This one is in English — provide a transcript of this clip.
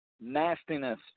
nastiness